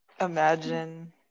Imagine